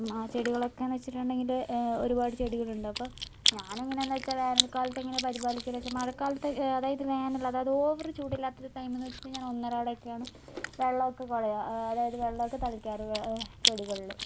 അപ്പോൾ ആ ചെടികളൊക്കെയെന്ന് വെച്ചിട്ടുണ്ടെങ്കിൽ ഒരുപാട് ചെടികളുണ്ട് അപ്പോൾ ഞാനെങ്ങനെയാണെന്ന് വച്ചാൽ വേനൽക്കാലത്തെങ്ങനെ പരിപാലിക്കുകയെന്ന് വച്ചാൽ മഴക്കാലത്ത് അതായത് വേനൽ അതായത് ഓവറ് ചൂടല്ലാത്ത ടൈമിലെന്ന് വെച്ചിട്ടുണ്ടെങ്കിൽ ഞാൻ ഒന്നരാടമൊക്കെയാണ് വെള്ളമൊക്കെ കുടയുക അതായത് വെള്ളമൊക്കെ തളിക്കാറ് ചെടിക്കളിൽ